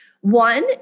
One